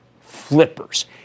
flippers